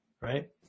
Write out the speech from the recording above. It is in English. Right